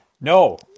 No